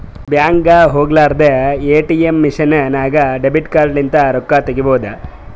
ಬ್ಯಾಂಕ್ಗ ಹೊಲಾರ್ದೆ ATM machine ನಾಗ್ ಡೆಬಿಟ್ ಕಾರ್ಡ್ ಲಿಂತ್ ರೊಕ್ಕಾ ತೇಕೊಬೋದ್